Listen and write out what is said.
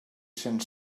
cent